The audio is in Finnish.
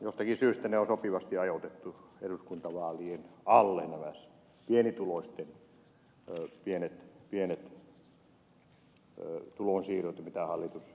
jostakin syystä ne on sopivasti ajoitettu eduskuntavaalien alle nämä pienituloisten pienet tulonsiirrot mitä hallitus esittää